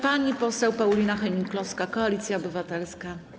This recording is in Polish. Pani poseł Paulina Hennig-Kloska, Koalicja Obywatelska.